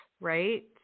right